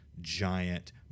giant